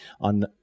on